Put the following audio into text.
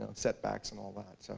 ah setbacks, and all that.